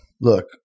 Look